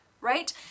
right